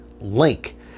link